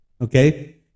Okay